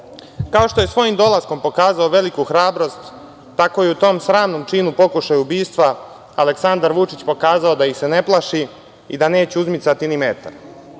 što je svojim dolaskom pokazao veliku hrabrost, tako je u tom sramnom činu pokušaja ubistava Aleksandar Vučić pokazao da ih se ne plaši i da neće izmicati ni metar. Sada